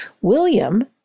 William